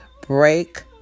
Break